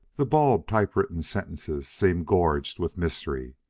the bald, typewritten sentences seemed gorged with mystery.